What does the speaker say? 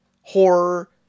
horror